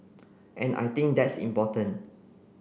and I think that's important